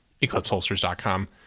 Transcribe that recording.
eclipseholsters.com